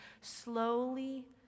slowly